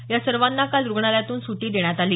या सर्वांना काल रूग्णालयातून सुटी देण्यात आली